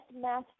math